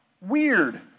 weird